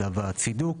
שלב הצידוק,